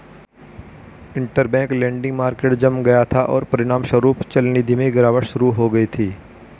interbank lending market जम गया था, और परिणामस्वरूप चलनिधि में गिरावट शुरू हो गई थी